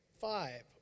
five